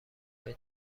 های